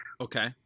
Okay